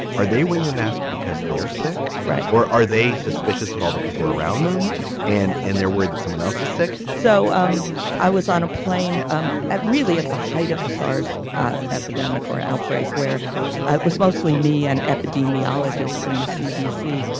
are they with your mask because they're sick, right. or are they suspicious of all the people around them and and they're worried that someone else is sick so um i was on a plane um at really at the height of the sars ah epidemic or outbreak, where was mostly me and epidemiologists from the cdc.